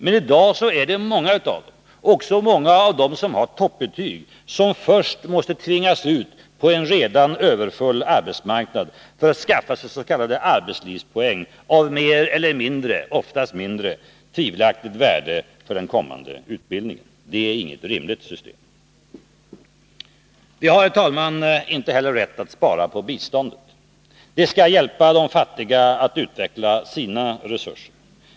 I dag tvingas emellertid många, också de som har toppbetyg, först ut på en redan överfull arbetsmarknad för att skaffa s.k. arbetslivspoäng av större eller mindre — oftast tvivelaktigt — värde för den kommande utbildningen. Det är inget rimligt system. Vi har, herr talman, inte heller rätt att spara på biståndet. Det skall vara till hjälp åt de fattiga för att de skall kunna utveckla sina resurser.